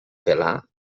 pelar